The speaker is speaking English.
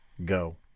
Go